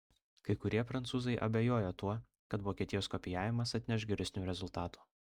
kai kurie prancūzai abejoja tuo kad vokietijos kopijavimas atneš geresnių rezultatų